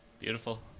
Beautiful